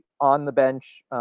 on-the-bench